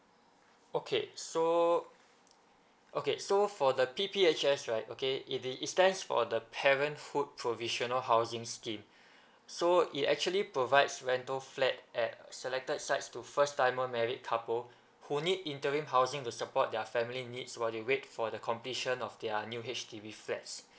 okay so okay so for the P_P_H_S right okay it the it stands for the parenthood provisional housing scheme so it actually provides rental flat at selected sites to first timer married couple who need interim housing to support their family needs while they wait for the completion of their new H_D_B flats